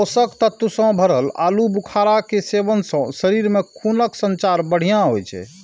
पोषक तत्व सं भरल आलू बुखारा के सेवन सं शरीर मे खूनक संचार बढ़िया होइ छै